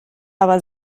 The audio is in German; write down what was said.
aber